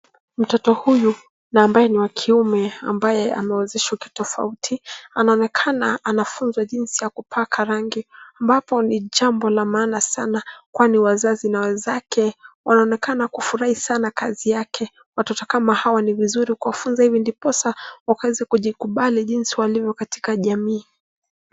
Mtoto huyu na ambaye ni wa kiume ambaye amewezeshwa kitofauti anaonekana anafunzwa jinsi ya kupaka rangi ambapo ni jambo la maana sana kwani wazazi na wenzake wanaonekana kufurahi sana kazi yake watoto kama hawa ni vizuri kuwafunza hivi ndiposa wakaeze kujikubali jinsi walivyo katika jamii.